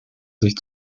sich